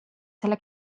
selle